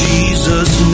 Jesus